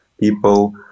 People